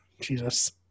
Jesus